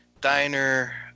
Diner